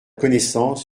connaissance